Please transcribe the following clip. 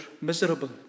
miserable